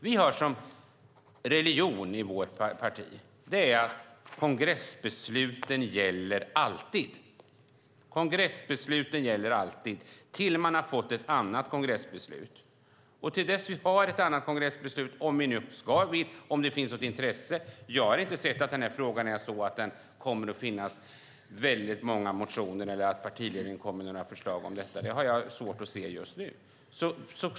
Vi har som religion i vårt parti att kongressbesluten alltid gäller. Kongressbesluten gäller alltid tills man har fått ett annat kongressbeslut. Jag har inte sett att det kommer att finnas väldigt många motioner i den här frågan eller att partiledningen kommer med några förslag om detta. Det har jag svårt att se just nu.